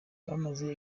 bamaze